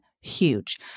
Huge